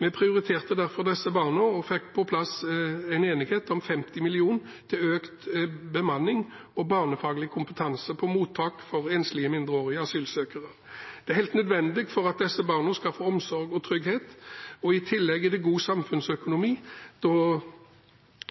Vi prioriterte derfor disse barna og fikk på plass en enighet om 50 mill. kr til økt bemanning og barnefaglig kompetanse på mottak for enslige mindreårige asylsøkere. Det er helt nødvendig for at disse barna skal få omsorg og trygghet. I tillegg er det god samfunnsøkonomi, da